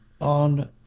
on